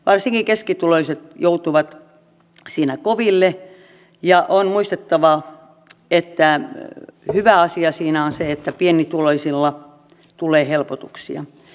varsinkin keskituloiset joutuvat siinä koville ja on muistettava että hyvä asia siinä on se että pienituloisille tulee helpotuksia